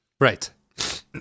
Right